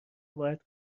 باید